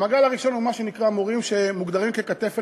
המעגל הראשון הוא מה שנקרא מורים שמוגדרים ככתף אל